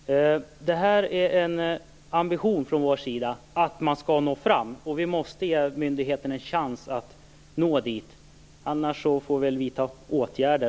Det är en ambition från vår sida att man skall nå fram. Vi måste ge myndigheten en chans att nå dit. Om man inte gör det, får vi väl vidta åtgärder.